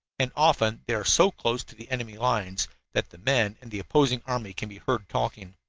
and often they are so close to the enemy lines that the men in the opposing army can be heard talking.